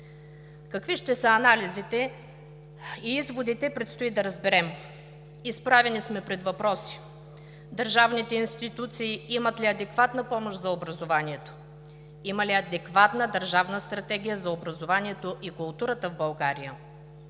Какви ще са анализите и изводите предстои да разберем. Изправени сме пред въпроси: държавните институции имат ли адекватна помощ за образованието; има ли адекватна държавна стратегия за образованието и културата в България?